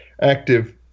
active